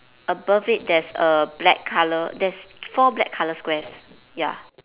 above it there's a black colour there's four black colour squares ya